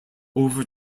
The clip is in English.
over